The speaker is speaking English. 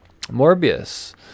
Morbius